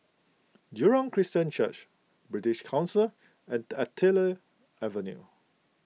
Jurong Christian Church British Council and Artillery Avenue